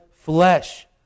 flesh